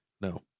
No